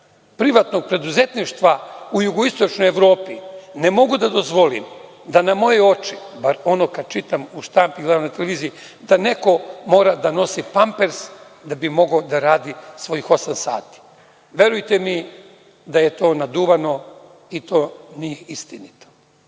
privatnog preduzetništva u jugoistočnoj Evropi ne mogu da dozvolim da na moje oči, bar ono kada čitam u štampi i gledam na televiziji, da neko mora da nosi pampers da bi mogao da radi svojih osam sati. Verujte mi da je to naduvano i to nije istinito.